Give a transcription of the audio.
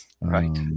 Right